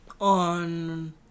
on